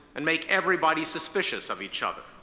and make everybody suspicious of each other,